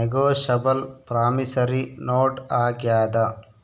negotiable promissory note ಆಗ್ಯಾದ